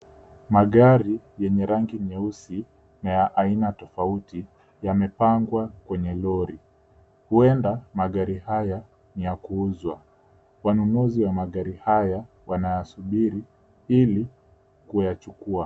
Magari yenye rangi nyeusi, na ya aina tofauti yamepangwa kwenye lori. Huenda magari haya ni ya kuuzwa. Wanunuzi wa magari haya, wanasubiri ili kuyachukua.